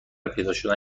پیداشدن